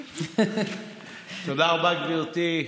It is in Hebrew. תודה רבה, גברתי.